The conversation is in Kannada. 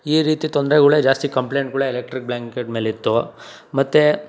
ಈ ರೀತಿ ತೊಂದರೆಗಳೇ ಜಾಸ್ತಿ ಕಂಪ್ಲೇಂಟ್ಗಳೇ ಎಲೆಕ್ಟ್ರಿಕ್ ಬ್ಲ್ಯಾಂಕೆಟ್ ಮೇಲೆ ಇತ್ತು ಮತ್ತೆ